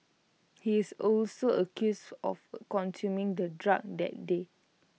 he is also accused of consuming the drug that day